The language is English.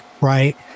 Right